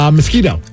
mosquito